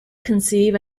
conceive